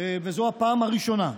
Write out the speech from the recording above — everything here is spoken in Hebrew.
וזו הפעם הראשונה,